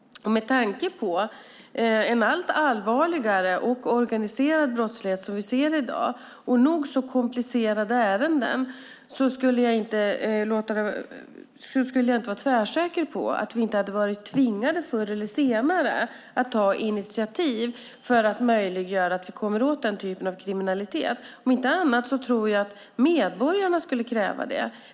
Med tanke på den allt allvarligare och organiserade brottsligheten i dag och nog så komplicerade ärenden skulle jag inte vara tvärsäker på att vi förr eller senare inte hade varit tvingade att ta initiativ till att möjliggöra att vi kommer åt den typen av kriminalitet. Om inte annat tror jag att medborgarna skulle kräva det.